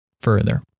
further